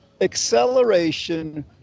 acceleration